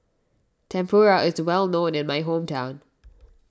Tempura is well known in my hometown